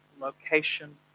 location